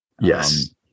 Yes